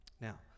Now